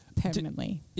permanently